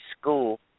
school